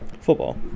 Football